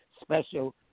special